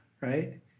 right